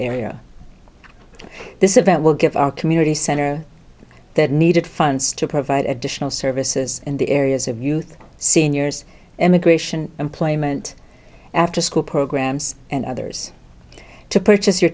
area this event will give our community center that needed funds to provide additional services in the areas of youth seniors immigration employment afterschool programs and others to purchase your